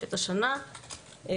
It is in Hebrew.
כשחולפת השנה,